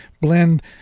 blend